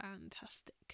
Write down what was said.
Fantastic